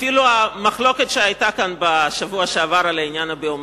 אפילו המחלוקת שהיתה כאן בשבוע שעבר על העניין הביומטרי,